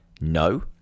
no